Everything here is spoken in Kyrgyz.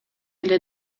эле